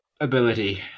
ability